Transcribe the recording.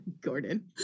Gordon